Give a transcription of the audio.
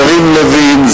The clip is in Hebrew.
יריב לוין,